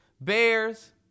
Bears